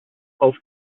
auf